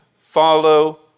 follow